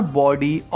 body